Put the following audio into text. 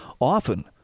often